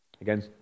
Again